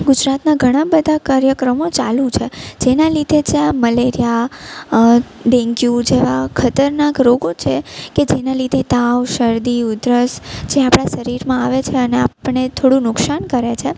ગુજરાતના ઘણા બધા કાર્યક્રમો ચાલુ છે જેના લીધે જ આ મલેરીયા ડેન્ગ્યુ જેવા ખતરનાક રોગો છે કે જેના લીધે તાવ શરદી ઉધરસ જે આપણાં શરીરમાં આવે છે અને આપણને થોડું નુકસાન કરે છે